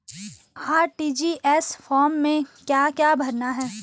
RTGS form में क्या क्या भरना है?